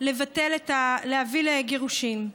להביא לגירושין.